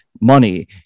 money